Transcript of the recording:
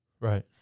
right